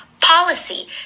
policy